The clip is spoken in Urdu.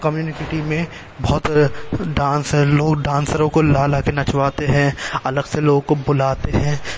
کمیونٹی میں بہت ڈانسر لوگ ڈانسروں کو لا لا کے نچواتے ہیں الگ سے لوگوں کو بلاتے ہیں